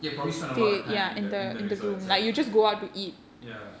ya probably spend a lot of time in the in the resort itself right ya